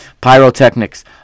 pyrotechnics